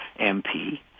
MP